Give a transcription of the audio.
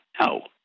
no